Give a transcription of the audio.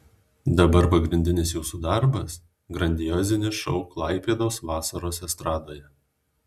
dabar pagrindinis jūsų darbas grandiozinis šou klaipėdos vasaros estradoje